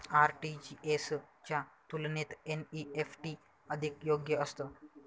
RTGS च्या तुलनेत NEFT अधिक योग्य असतं